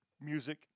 music